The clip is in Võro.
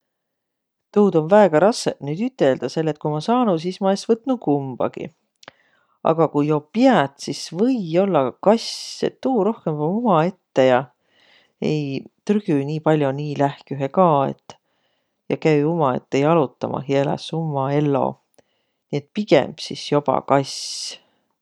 Tuud om no väega rassõq nüüd üteldäq, selle et ku ma saanuq, sis ma es võtnuq kumbagiq. Aga ku jo piät, sis või-ollaq kass. Et tuu rohkõmb om umaette ja ei trügüq nii pall'o nii lähkühe ka et. Ja käü umaette jalotamah ja eläs umma ello. Et pigemb sis joba kass.